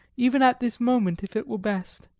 even at this moment if it were best.